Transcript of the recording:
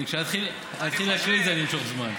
כשאני אתחיל להקריא את זה, אני